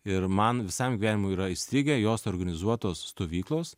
ir man visam gyvenimui yra įstrigę jos organizuotos stovyklos